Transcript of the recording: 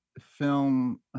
film